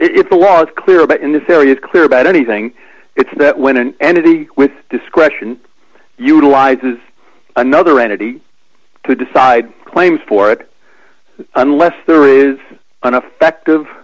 the law is clear but in this area is clear about anything it's that when an entity with discretion utilizes another entity to decide claims for it unless there is an effect